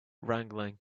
wrangling